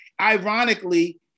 ironically